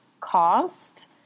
cost